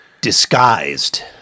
disguised